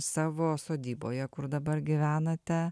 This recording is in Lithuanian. savo sodyboje kur dabar gyvenate